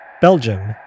Belgium